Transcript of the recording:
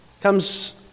comes